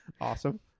Awesome